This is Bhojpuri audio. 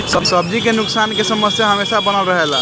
सब्जी के नुकसान के समस्या हमेशा बनल रहेला